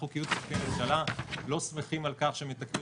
אנחנו כייעוץ משפטי לממשלה לא שמחים על כך שמתקנים